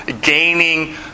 gaining